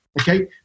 okay